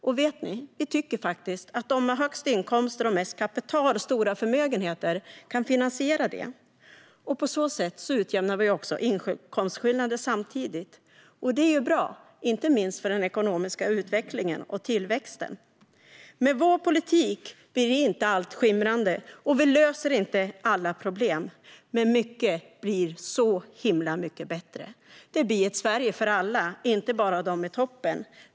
Och vet ni - vi tycker faktiskt att de med högst inkomster, mest kapital och stora förmögenheter kan finansiera det. På så sätt utjämnar vi samtidigt inkomstskillnader. Det är bra, inte minst för den ekonomiska utvecklingen och tillväxten. Med vår politik blir inte allt skimrande, och vi löser inte alla problem, men mycket blir så himla mycket bättre. Det blir ett Sverige för alla och inte bara dem i toppen.